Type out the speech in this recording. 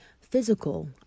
physical